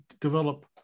develop